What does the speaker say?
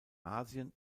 asien